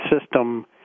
system